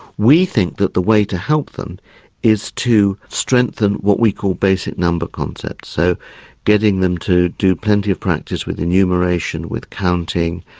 we think that the way to help them is to strengthen what we call basic number concepts. so getting them to do plenty of practice with innumeration, with counting,